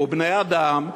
אלה בני-אדם,